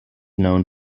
known